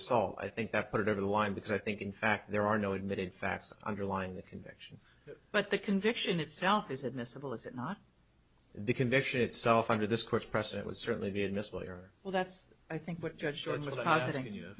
assault i think that put it over the line because i think in fact there are no admitted facts underlying the conviction but the conviction itself is admissible is it not the conviction itself under this course present would certainly be admissible here well that's i think what judge jones was thinking you know